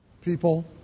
people